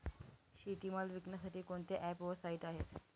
शेतीमाल विकण्यासाठी कोणते ॲप व साईट आहेत?